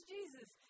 Jesus